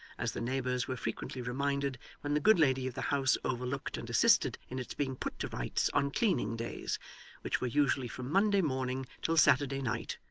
as the neighbours were frequently reminded when the good lady of the house overlooked and assisted in its being put to rights on cleaning days which were usually from monday morning till saturday night,